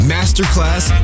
Masterclass